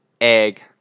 egg